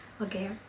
okay